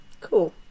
Cool